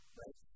right